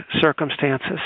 circumstances